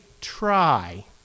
try